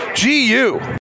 GU